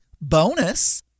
bonus